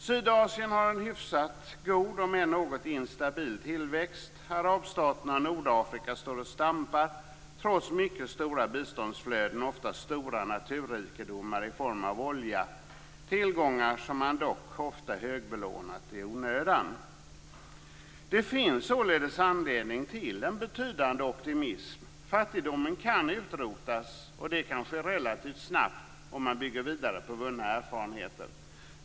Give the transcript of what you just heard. Sydasien har en hyfsat god, om än något instabil, tillväxt. Arabstaterna och Nordafrika står och stampar trots mycket stora biståndsflöden och ofta stora naturrikedomar i form av olja - tillgångar som ofta högbelånats i onödan. Det finns således anledning till betydande optimism. Fattigdomen kan utrotas - och det kan ske relativt snabbt om man bygger vidare på vunna erfarenheter.